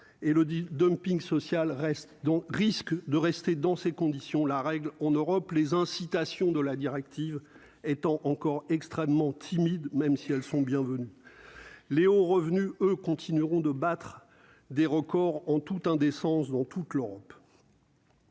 reste donc risque de rester dans ces conditions, la règle en Europe, les incitations de la directive étant encore extrêmement timide, même si elles sont bienvenues Léon revenus eux continueront de battre des records en toute indécence dans toute l'Europe.